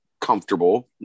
comfortable